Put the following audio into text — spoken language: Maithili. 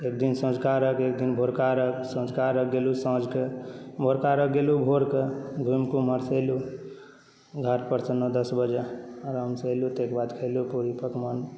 एकदिन सँझुका अर्घ्य एक दिन भोरका अर्घ्य संँझुका अर्घ्य गेलहुँ साँझके भोरका अर्घ्य गेलहुँ भोरके घुमिके ओम्हरसँ अएलहुँ घाटपरसँ नओ दस बजे आरामसँ अएलहुँ तकर बाद खेलहुँ पूड़ी पकवान